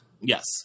Yes